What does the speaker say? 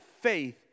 faith